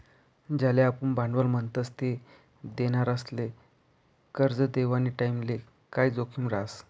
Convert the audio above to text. ज्याले आपुन भांडवल म्हणतस ते देनारासले करजं देवानी टाईमले काय जोखीम रहास